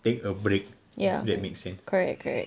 take a break if that makes sense